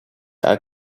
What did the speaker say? are